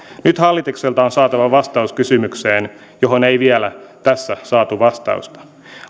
nyt hallitukselta on saatava vastaus kysymykseen johon ei vielä tässä saatu vastausta